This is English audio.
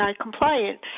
compliant